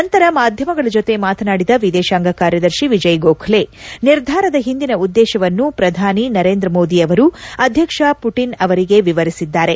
ನಂತರ ಮಾಧ್ಯಮಗಳ ಜೊತೆ ಮಾತನಾಡಿದ ವಿದೇಶಾಂಗ ಕಾರ್ಯದರ್ಶಿ ವಿಜಯ್ ಗೋಖಲೆ ನಿರ್ಧಾರದ ಹಿಂದಿನ ಉದ್ದೇಶವನ್ನು ಪ್ರಧಾನಿ ನರೇಂದ್ರ ಮೋದಿ ಅವರು ಅಧ್ಯಕ್ಷ ಪುಟಿನ್ ಅವರಿಗೆ ವಿವರಿಸಿದ್ದಾರೆ